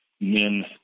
men